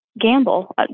gamble